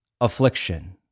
affliction